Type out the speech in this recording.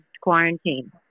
quarantine